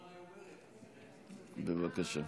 בבקשה.